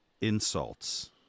insults